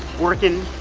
working,